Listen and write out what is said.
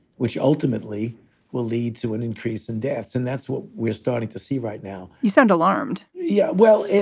which ultimately will lead to an increase in deaths. and that's what we're starting to see right now. you sound alarmed. yeah. well,